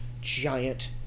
giant